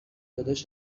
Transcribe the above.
داداش